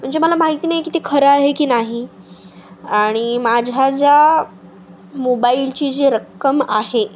म्हणजे मला माहिती नाही की ते खरं आहे की नाही आणि माझ्या ज्या मोबाईलची जी रक्कम आहे